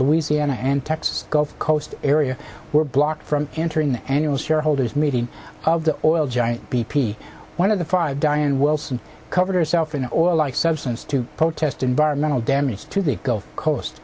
louisiana and texas gulf coast area were blocked from entering the annual shareholders meeting of the oil giant b p one of the five diane wilson cover herself in the oil like substance to protest environmental damage to the gulf coast